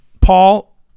Paul